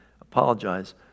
apologize